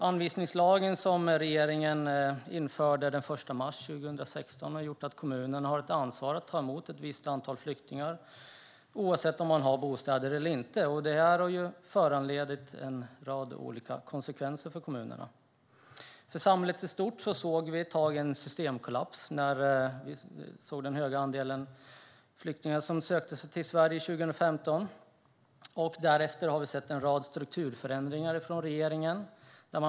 Anvisningslagen, som regeringen införde den 1 mars 2016, har inneburit att kommunerna har ett ansvar att ta emot ett visst antal flyktingar oavsett om de har bostäder eller inte. Detta har lett till en lång rad konsekvenser för kommunerna. För samhället i stort såg vi ett tag en systemkollaps när den höga andelen flyktingar sökte sig till Sverige 2015. Därefter har vi sett en rad strukturförändringar från regeringen.